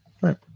Right